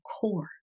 core